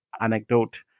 anecdote